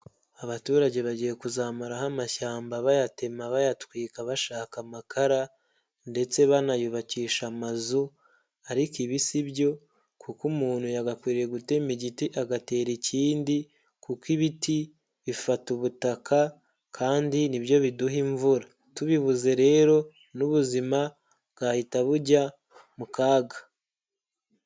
Abaturage bagiye kuzamuraho amashyamba bayatema bayatwika bashaka amakara ndetse banayubakisha amazu, ariko ibi si byo kuko umuntu yagakwiriye gutema igiti agatera ikindi, kuko ibiti bifata ubutaka kandi nibyo biduha imvura, tubibuze rero n'ubuzima bwahita bujya mu kaga.